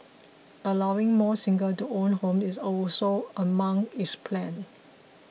allowing more singles to own homes is also among its plans